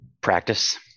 Practice